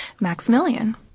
Maximilian